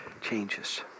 Changes